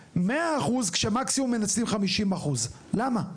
מעבירים 100% כשמקסימים מנצלים 50%. למה?